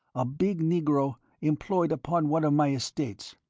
a big negro employed upon one of my estates.